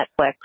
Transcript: Netflix